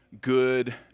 good